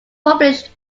published